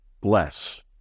bless